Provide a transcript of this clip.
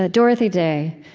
ah dorothy day,